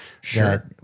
sure